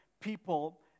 people